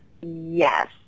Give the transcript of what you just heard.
Yes